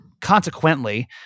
consequently